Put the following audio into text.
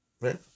Right